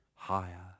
Higher